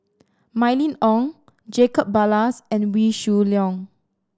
Mylene Ong Jacob Ballas and Wee Shoo Leong